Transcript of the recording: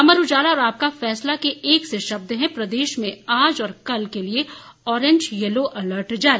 अमर उजाला और आपका फैसला के एक जैसे शब्द हैं प्रदेश में आज और कल के लिए आरेंज येलो अलर्ट जारी